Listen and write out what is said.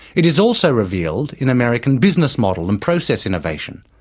it is also revealed in american business model and process innovation.